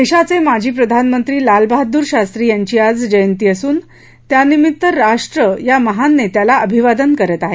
देशाचे माजी प्रधानमंत्री लाल बहादूर शास्त्री यांची ही आज जयंती असून त्यानिमित्त राष्ट्र या महान नेत्याला अभिवादन करत आहे